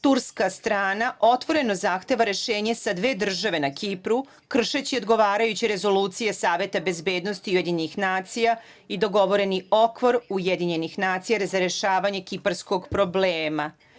Turska strana otvoreno zahteva rešenje sa dve države na Kipru kršeći odgovarajuće rezolucije Saveta bezbednosti UN i dogovoreni okvir UN razrešavanje kiparskog problema.